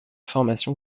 formation